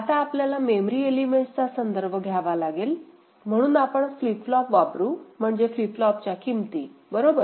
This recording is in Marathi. आता आपल्याला मेमरी एलिमेंट्सच्या चा संदर्भ घ्यावा लागेल म्हणून आपण फ्लिप फ्लॉप वापरू म्हणजे फ्लिप फ्लॉपच्या किमती बरोबर